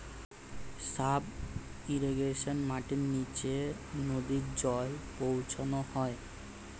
sub irrigation মাটির নিচে নদী জল পৌঁছানো হয়